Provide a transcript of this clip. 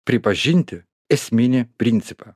pripažinti esminį principą